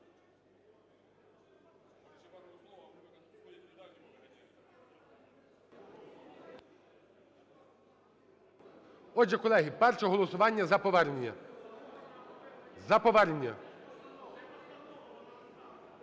Отже, колеги, перше голосування - за повернення, за повернення.